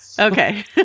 Okay